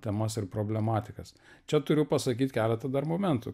temas ir problematikas čia turiu pasakyt keletą dar momentų